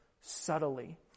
subtly